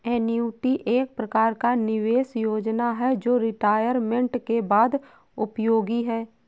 annuity एक प्रकार का निवेश योजना है जो रिटायरमेंट के बाद उपयोगी है